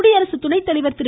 குடியரசு துணைத்தலைவர் திரு